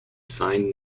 seine